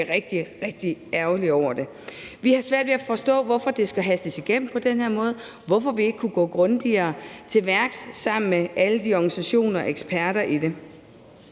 rigtig ærgerlige over. Vi har svært ved at forstå, hvorfor det skal hastes igennem på den her måde, og hvorfor vi ikke kunne gå grundigere til værks sammen med alle organisationerne og eksperterne